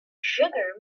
sugar